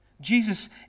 Jesus